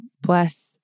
bless